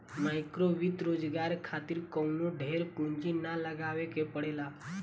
माइक्रोवित्त रोजगार खातिर कवनो ढेर पूंजी ना लगावे के पड़ेला